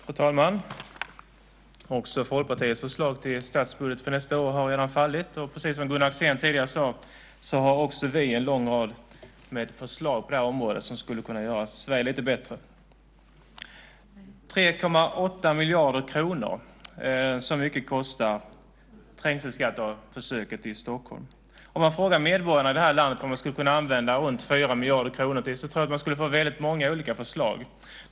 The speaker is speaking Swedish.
Fru talman! Också Folkpartiets förslag till statsbudget för nästa år har redan fallit. Precis som Gunnar Axén tidigare sade har också vi en lång rad med förslag på det här området som skulle kunna göra Sverige lite bättre. 3,8 miljarder kronor - så mycket kostar trängselskatteförsöket i Stockholm. Om man frågar medborgarna i det här landet vad man skulle kunna använda runt 4 miljarder kronor till tror jag att man skulle få väldigt många olika förslag.